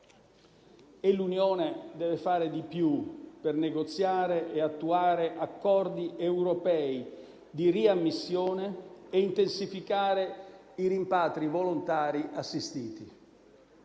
e l'Unione europea deve fare di più per negoziare e attuare accordi europei di riammissione e intensificare i rimpatri volontari assistiti.